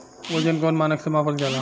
वजन कौन मानक से मापल जाला?